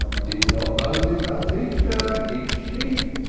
did not moses our teacher keep sheep?